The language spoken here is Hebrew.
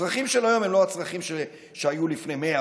הצרכים של היום הם לא הצרכים שהיו לפני 100,